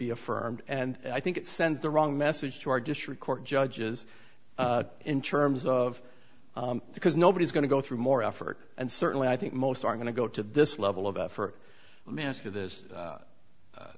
be affirmed and i think it sends the wrong message to our district court judges in terms of because nobody's going to go through more effort and certainly i think most are going to go to this level of effort let me ask you this